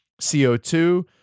co2